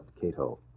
Cato